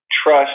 Trust